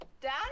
Dad